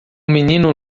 menino